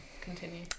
continue